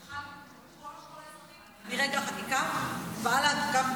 זה חל על כל השכול האזרחי מרגע החקיקה, סליחה.